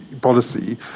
policy